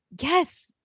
Yes